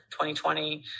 2020